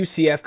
UCF